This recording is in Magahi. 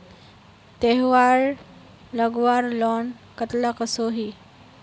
तेहार लगवार लोन कतला कसोही?